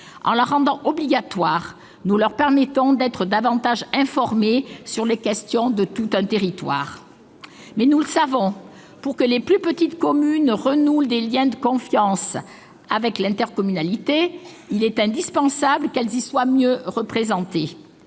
sa création obligatoire, nous permettons à ces derniers d'être davantage informés sur les questions qui concernent leur territoire. Toutefois, nous le savons, pour que les plus petites communes renouent des liens de confiance avec l'intercommunalité, il est indispensable qu'elles y soient mieux représentées.